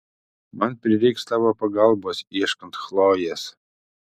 man prireiks tavo pagalbos ieškant chlojės